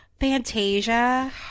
Fantasia